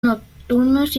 nocturnos